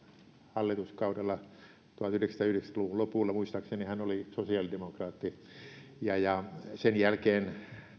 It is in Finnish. hallituskaudella tuhatyhdeksänsataayhdeksänkymmentä luvun lopulla muistaakseni hän oli sosiaalidemokraatti ja ja sen jälkeen